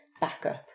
backup